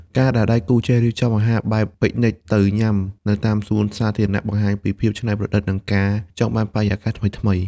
ការដែលដៃគូចេះរៀបចំអាហារបែប Picnic ទៅញ៉ាំនៅតាមសួនច្បារសាធារណៈ បង្ហាញពីភាពច្នៃប្រឌិត និងការចង់បានបរិយាកាសថ្មីៗ។